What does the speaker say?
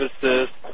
services